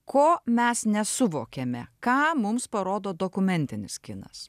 ko mes nesuvokėme ką mums parodo dokumentinis kinas